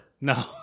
No